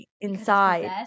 inside